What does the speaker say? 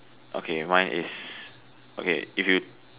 okay mine is okay if you